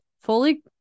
Fully